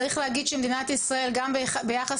צריך להגיד שמדינת ישראל גם ביחס